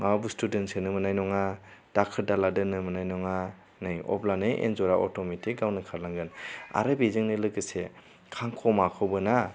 माबा बुस्थु दोनसोनो मोन्नाय नङा दाखोर दाला दोन्नो मोननाय नङा नै अब्लानो एन्जरा अट'मेथिक गावनो खारलांगोन आरो बेजोंनो लोगोसे खांख'माखौबो ना